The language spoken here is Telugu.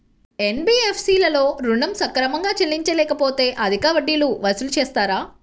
ఎన్.బీ.ఎఫ్.సి లలో ఋణం సక్రమంగా చెల్లించలేకపోతె అధిక వడ్డీలు వసూలు చేస్తారా?